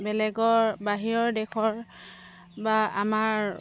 বেলেগৰ বাহিৰৰ দেশৰ বা আমাৰ